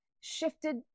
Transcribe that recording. shifted